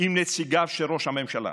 עם נציגיו של ראש הממשלה.